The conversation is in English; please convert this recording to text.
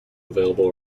available